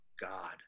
God